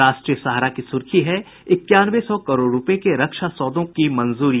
राष्ट्रीय सहारा की सुर्खी है इक्यानवे सौ करोड़ रूपये के रक्षा सौदों की मंजूरी